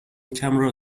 camera